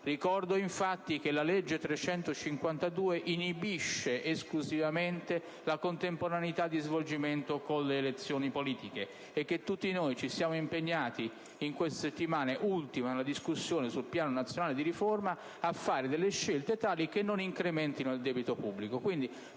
Ricordo infatti che la legge n. 352 del 1970 inibisce esclusivamente la contemporaneità di svolgimento dei *referendum* con le elezioni politiche e che tutti noi ci siamo impegnati in queste ultime settimane nell'ambito della discussione del Piano nazionale di riforma a fare delle scelte tali da non incrementare il debito pubblico.